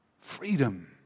Freedom